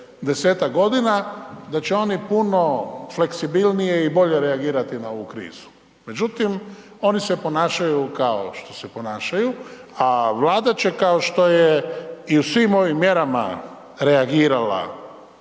10-tak godina, da će oni puno fleksibilnije i bolje reagirati na ovu krizu. Međutim, oni se ponašaju kao što se ponašaju, a Vlada će, kao što je i u svim ovim mjerama reagirala